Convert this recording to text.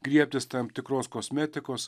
griebtis tam tikros kosmetikos